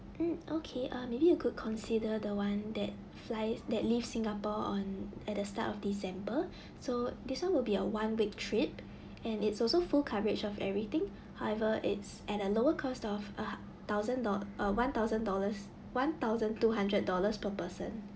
mm okay uh maybe you could consider the one that flies that leaves singapore on at the start of december so this one will be a one week trip and it's also full coverage of everything however it's at a lower cost of a thousand doll~ uh one thousand dollars one thousand two hundred dollars per person